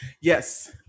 Yes